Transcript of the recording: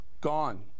gone